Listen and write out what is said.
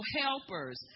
helpers